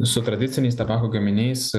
su tradiciniais tabako gaminiais